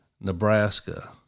Nebraska